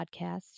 Podcast